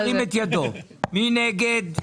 מי נגד?